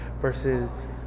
versus